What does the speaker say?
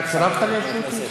אתה צורפת לאיזשהו תיק?